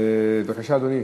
בבקשה, אדוני,